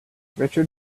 richard